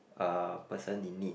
a person in need